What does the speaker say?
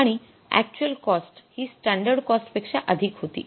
आणि actual cost हि standard cost पेक्षा अधिक होती